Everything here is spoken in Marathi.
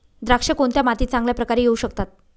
द्राक्षे कोणत्या मातीत चांगल्या प्रकारे येऊ शकतात?